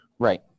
Right